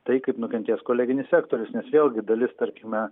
tai kaip nukentės koleginis sektorius nes vėlgi dalis tarkime